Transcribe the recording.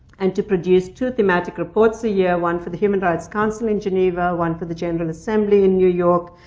and to produce two thematic reports a year, one for the human rights council in geneva, one for the general assembly in new york.